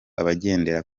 abagendera